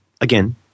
again